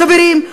חברים,